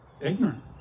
ignorant